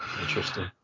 interesting